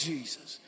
Jesus